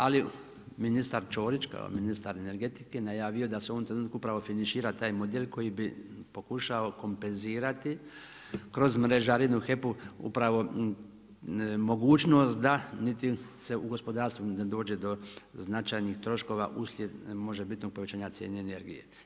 Ali ministar Ćorić kao ministar energetike najavio je da se u ovom trenutku upravno finišira taj model koji bi pokušao kompenzirati kroz mrežarinu HEP-u upravo mogućnost da niti se u gospodarstvu ne dođe do značajnih troškova uslijed možebitnog povećanja cijene energije.